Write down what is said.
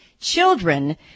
children